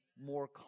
more